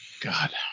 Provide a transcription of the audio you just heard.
God